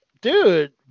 dude